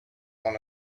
want